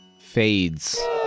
fades